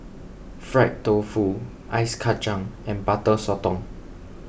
Fried Tofu Ice Kachang and Butter Sotong